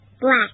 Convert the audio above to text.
black